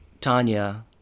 Tanya